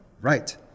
Right